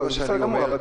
בסדר גמור,